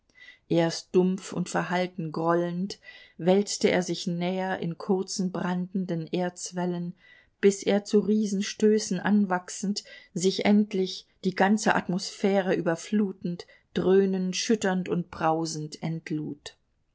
erst dumpf und verhalten grollend wälzte er sich näher in kurzen brandenden erzwellen bis er zu riesenstößen anwachsend sich endlich die ganze atmosphäre überflutend dröhnend schütternd und brausend